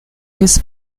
his